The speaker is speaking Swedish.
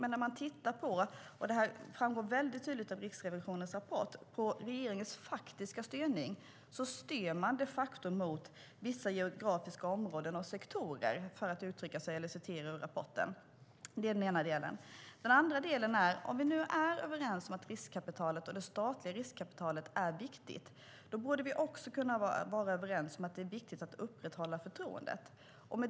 Men när man tittar på regeringens faktiska styrning - det framgår mycket tydligt av Riksrevisionens rapport - styr man de facto mot vissa geografiska områden och sektorer. Det är den ena delen. Jag ska ta upp den andra delen. Om vi nu är överens om att riskkapitalet och det statliga riskkapitalet är viktigt, då borde vi också kunna vara överens om att det är viktigt att upprätthålla förtroendet.